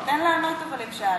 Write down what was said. תן לענות, אם שאלת.